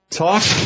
talk